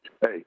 hey